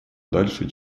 дальше